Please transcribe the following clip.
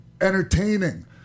Entertaining